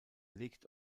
legt